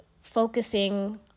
focusing